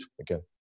Again